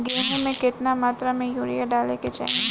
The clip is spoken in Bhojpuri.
गेहूँ में केतना मात्रा में यूरिया डाले के चाही?